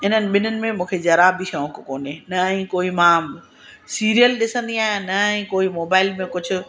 इन्हनि ॿिन्हनि में मूंखे ज़रा बि शौक़ु कोन्हे न ई कोई मां सीरियल ॾिसंदी आहियां न ई कोई मोबाइल में कुझु